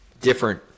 different